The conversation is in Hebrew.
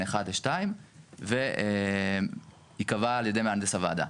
אחד לשתיים וייקבע על ידי מהנדס הוועדה.